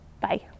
Bye